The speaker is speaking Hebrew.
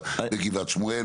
למשל גבעת שמואל,